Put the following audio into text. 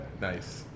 Nice